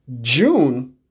June